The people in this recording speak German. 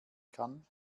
kann